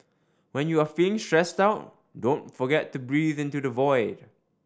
when you are feeling stressed out don't forget to breathe into the void